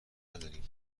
نداریم